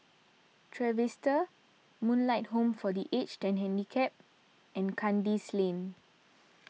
Trevista Moonlight Home for the Aged and Handicapped and Kandis Lane